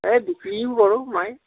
এই বিক্ৰীও কৰোঁ মই